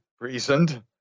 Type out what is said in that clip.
reasoned